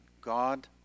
God